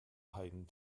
heightened